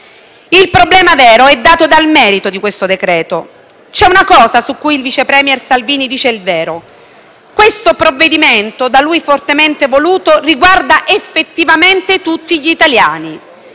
Il problema vero è dato dal merito di questo decreto-legge. C'è una cosa su cui il vice *premier* Salvini dice il vero: questo provvedimento da lui fortemente voluto riguarda effettivamente tutti gli italiani.